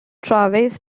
travis